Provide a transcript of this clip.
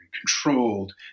controlled